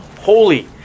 Holy